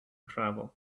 travel